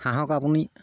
হাঁহক আপুনি